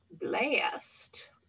blast